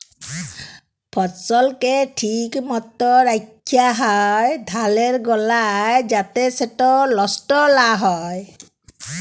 ফসলকে ঠিক মত রাখ্যা হ্যয় ধালের গলায় যাতে সেট লষ্ট লা হ্যয়